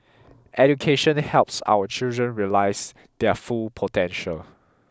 education helps our children realise their full potential